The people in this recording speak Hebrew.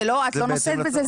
את לא נושאת בזה.